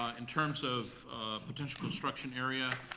ah in terms of potential construction area,